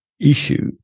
issue